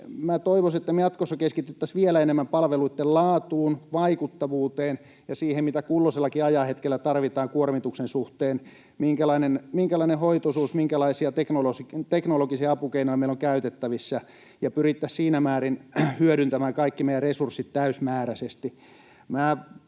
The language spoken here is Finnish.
toivoisin, että me jatkossa keskityttäisiin vielä enemmän palveluitten laatuun, vaikuttavuuteen ja siihen, mitä kulloisellakin ajanhetkellä tarvitaan kuormituksen suhteen, minkälainen on hoitoisuus, minkälaisia teknologisia apukeinoja meillä on käytettävissä, ja pyrittäisiin siinä määrin hyödyntämään kaikki meidän resurssit täysimääräisesti.